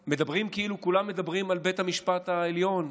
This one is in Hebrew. מדברים, כולם מדברים על בית המשפט העליון.